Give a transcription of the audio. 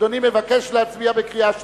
אדוני מבקש להצביע בקריאה שלישית?